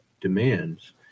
demands